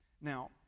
Now